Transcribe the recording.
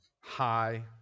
high